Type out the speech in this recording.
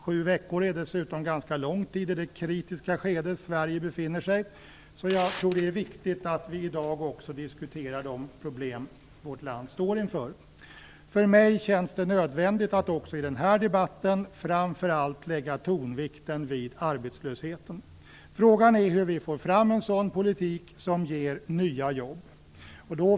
Sju veckor är dessutom ganska lång tid i det kritiska skede Sverige befinner sig i, så jag tror att det är viktigt att vi i dag också diskuterar de problem vårt land står inför. För mig känns det nödvändigt att också i den här debatten framför allt lägga tonvikten vid arbetslösheten. Frågan är hur vi får fram en sådan politik som ger nya jobb.